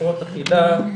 הפרעות אכילה.